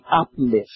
uplift